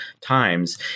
times